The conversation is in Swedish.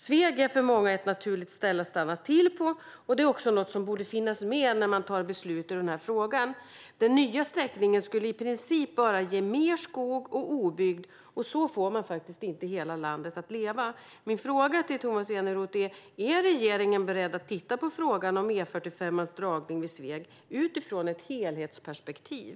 Sveg är för många ett naturligt ställe att stanna till på, och även detta är något som borde finnas med när man tar beslut i den här frågan. Den nya sträckningen skulle i princip bara ge mer skog och obygd, och så får man faktiskt inte hela landet att leva. Min fråga till Tomas Eneroth är: Är regeringen beredd att titta på frågan om E45:ans dragning vid Sveg utifrån ett helhetsperspektiv?